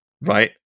Right